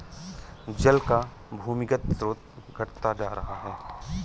जल का भूमिगत स्रोत घटता जा रहा है